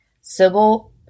Sybil